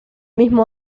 mismo